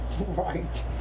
Right